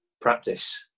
practice